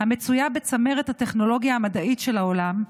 המצויה בצמרת הטכנולוגיה המדעית של העולם,